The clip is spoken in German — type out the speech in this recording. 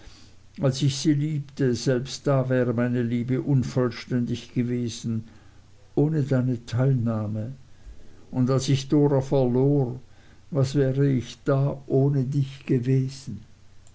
als ich sie liebte selbst da wäre meine liebe unvollständig gewesen ohne deine teilnahme und als ich dora verlor was wäre ich da ohne dich gewesen